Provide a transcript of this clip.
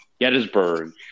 Gettysburg